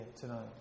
tonight